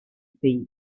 pay